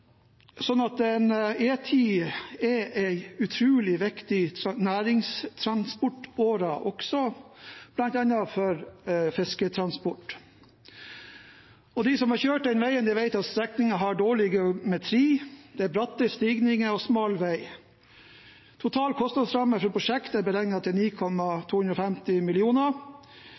er en utrolig viktig næringstransportåre bl.a. også for fisketransport. De som har kjørt den veien, vet at strekningen har dårlig geometri. Det er bratte stigninger og smal vei. Total kostnadsramme for prosjektet er beregnet til